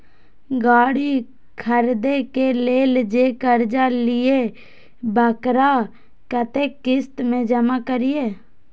गाड़ी खरदे के लेल जे कर्जा लेलिए वकरा कतेक किस्त में जमा करिए?